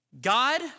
God